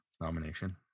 nomination